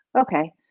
Okay